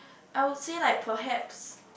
I would say like perhaps